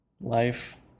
Life